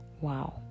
Wow